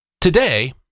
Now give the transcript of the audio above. today